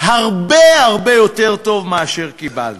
הרבה הרבה יותר טוב ממה שקיבלנו.